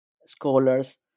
scholars